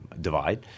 divide